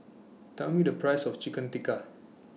Tell Me The Price of Chicken Tikka